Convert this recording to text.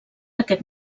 aquest